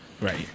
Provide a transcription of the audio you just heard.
right